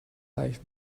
life